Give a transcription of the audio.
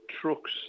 trucks